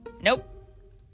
Nope